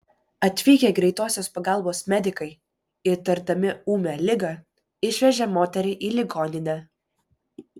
atvykę greitosios pagalbos medikai įtardami ūmią ligą išvežė moterį į ligoninę